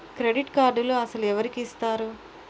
Credit కార్డులు అసలు ఎవరికి ఇస్తారు?